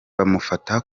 bamufata